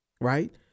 right